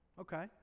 Okay